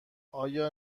آیا